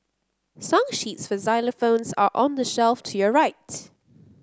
song sheets for xylophones are on the shelf to your right